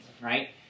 right